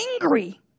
angry